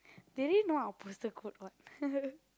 they already know our postal code what